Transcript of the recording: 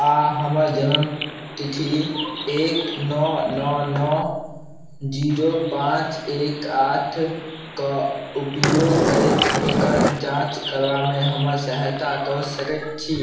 आओर हमर जनमतिथि एक नओ नओ नओ जीरो पाँच एक आठके उपयोग करैत एकर जाँच करबामे हमर सहायता कऽ सकै छी